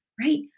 right